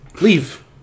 Leave